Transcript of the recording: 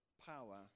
power